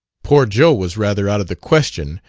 poor joe was rather out of the question,